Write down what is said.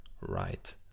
right